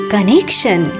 Connection।